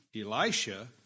Elisha